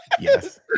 Yes